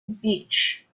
beach